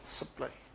supply